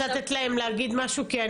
אני